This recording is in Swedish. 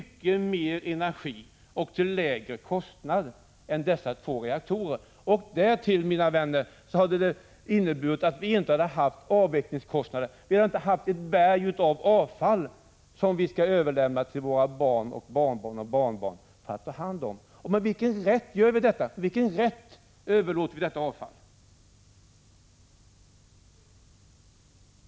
1985/86:124 energi till lägre kostnader än vad dessa reaktorer har gjort. Därtill, mina 23 april 1986 vänner, hade vi inte haft avvecklingskostnader, vi hade inte haft ett berg av avfall som vi skall överlämna till våra barn, barnbarn och barnbarns barn att ta hand om. Med vilken rätt överlåter vi detta avfall?